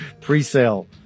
pre-sale